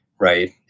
right